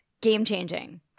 game-changing